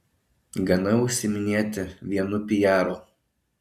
gana užsiiminėti vienu pijaru